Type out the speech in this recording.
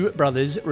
brothers